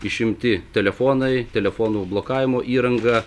išimti telefonai telefonų blokavimo įranga